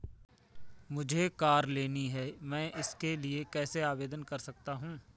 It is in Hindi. मुझे कार लेनी है मैं इसके लिए कैसे आवेदन कर सकता हूँ?